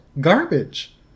garbage